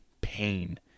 pain